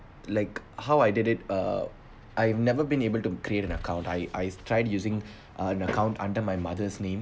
like how I did it uh I have never been able to create an account I I've tried using an account under my mother's name